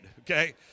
Okay